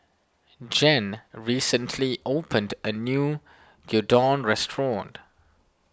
Gene recently opened a new Gyudon restaurant